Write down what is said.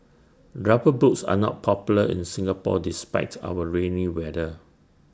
rubber boots are not popular in Singapore despite our rainy weather